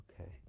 okay